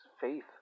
faith